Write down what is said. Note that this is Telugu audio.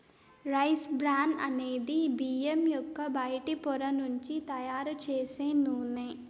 రైస్ బ్రాన్ అనేది బియ్యం యొక్క బయటి పొర నుంచి తయారు చేసే నూనె